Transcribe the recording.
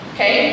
Okay